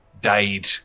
died